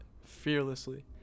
fearlessly